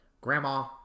grandma